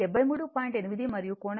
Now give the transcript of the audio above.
8 మరియు కోణం 24